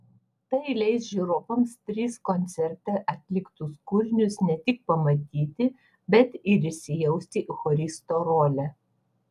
tai leis žiūrovams tris koncerte atliktus kūrinius ne tik pamatyti bet ir įsijausti į choristo rolę